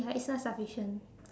ya it's not sufficient